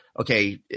okay